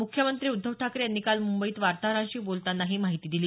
मुख्यमंत्री उद्धव ठाकरे यांनी काल मुंबईत वार्ताहरांशी बोलताना ही माहिती दिली